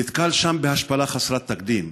ונתקל שם בהשפלה חסרת תקדים,